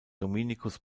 dominikus